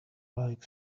like